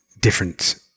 different